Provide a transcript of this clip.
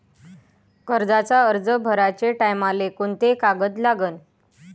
कर्जाचा अर्ज भराचे टायमाले कोंते कागद लागन?